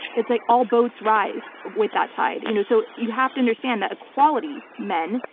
it's like all boats rise with that tide. you know so you have to understand that equality, men,